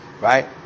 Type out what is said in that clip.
Right